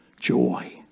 joy